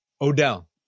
Odell